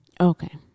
Okay